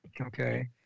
okay